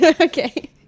Okay